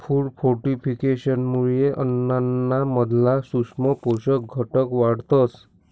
food फोर्टिफिकेशनमुये अन्नाना मधला सूक्ष्म पोषक घटक वाढतस